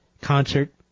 concert